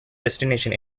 destination